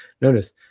Notice